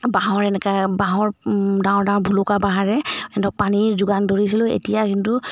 বাঁহৰ এনেকৈ বাঁহৰ ডাঙৰ ডাঙৰ ভুলুকা বাঁহেৰে সেইটো পানীৰ যোগান ধৰিছিলোঁ এতিয়া কিন্তু